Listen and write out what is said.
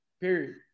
Period